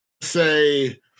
say